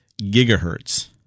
gigahertz